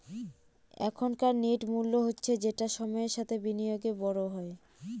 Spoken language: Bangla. এখনকার নেট মূল্য হচ্ছে যেটা সময়ের সাথে বিনিয়োগে বড় হয়